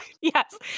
Yes